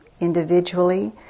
individually